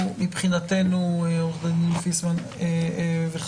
הם מהלכים על ביצים רק בעניין פלילי-משטרתי ולא יודעים